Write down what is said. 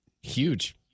Huge